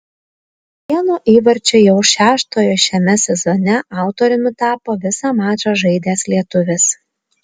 vieno įvarčio jau šeštojo šiame sezone autoriumi tapo visą mačą žaidęs lietuvis